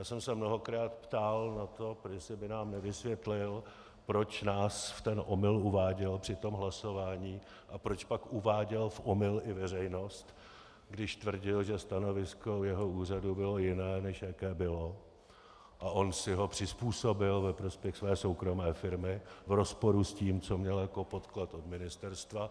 Já jsem se mnohokrát ptal na to, jestli by nám nevysvětlil, proč nás v ten omyl uváděl při tom hlasování a proč pak uváděl v omyl i veřejnost, když tvrdil, že stanovisko jeho úřadu bylo jiné, než jaké bylo, a on si ho přizpůsobil ve prospěch své soukromé firmy, v rozporu s tím, co měl jako podklad od ministerstva.